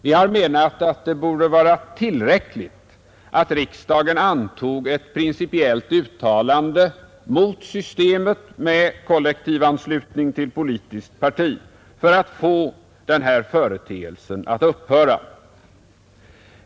Vi har menat att det borde vara tillräckligt att riksdagen antog ett principiellt uttalande mot systemet med kollektivanslutning till politiskt parti för att få denna företeelse att upphöra.